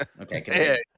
Okay